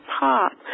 pop